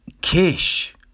Kish